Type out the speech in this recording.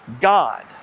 God